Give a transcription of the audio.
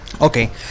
Okay